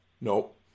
Nope